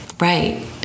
Right